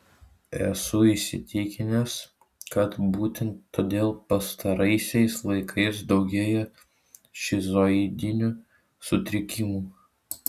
esu įsitikinęs kad būtent todėl pastaraisiais laikais daugėja šizoidinių sutrikimų